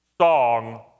song